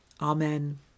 Amen